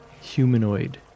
humanoid